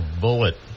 bullet